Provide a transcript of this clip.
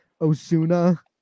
Osuna